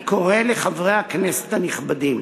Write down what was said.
אני קורא לחברי הכנסת הנכבדים